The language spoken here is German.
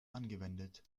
angewendet